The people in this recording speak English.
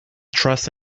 trust